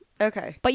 Okay